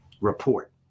report